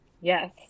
Yes